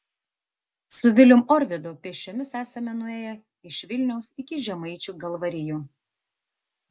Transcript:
su vilium orvidu pėsčiomis esame nuėję iš vilniaus iki žemaičių kalvarijų